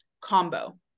combo